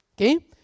okay